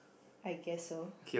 I guess so